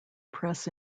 press